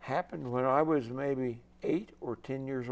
happened when i was maybe eight or ten years